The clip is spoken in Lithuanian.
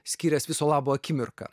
skyręs viso labo akimirką